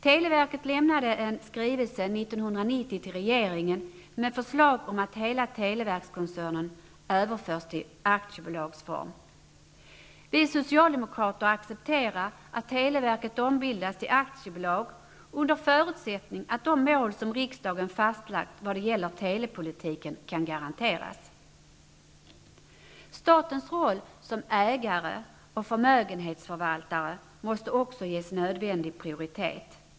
Televerket lämnade en skrivelse Vi socialdemokrater accepterar att televerket ombildas till aktiebolag under förutsättning att de mål som riksdagen fastlagt vad gäller telepolitiken kan garanteras. Statens roll som ägare och förmögenhetsförvaltare måste också ges nödvändig prioritet.